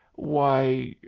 why,